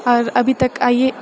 आओर अभी तक आइए